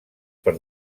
per